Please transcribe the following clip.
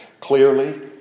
clearly